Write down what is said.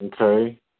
Okay